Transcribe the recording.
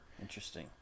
Interesting